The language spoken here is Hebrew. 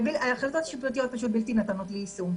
החלטות שיפוטיות פשוט בלתי ניתנות ליישום.